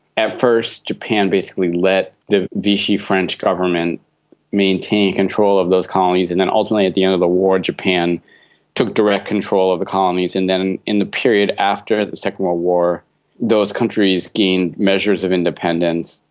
at first japan basically let the vichy french government maintain control of those colonies, and then ultimately the end of the war japan took direct control of the colonies. and then in the period after the second world war those countries gained measures of independence,